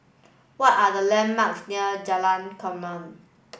what are the landmarks near Jalan Kelempong